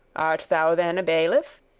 art thou then a bailiff?